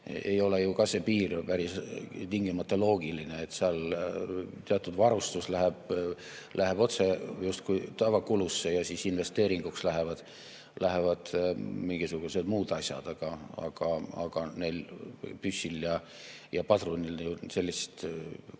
ei ole see piir tingimata loogiline, et teatud varustus läheb otse justkui tavakulusse ja investeeringuks lähevad mingisugused muud asjad. Ent püssil ja padrunil piltlikult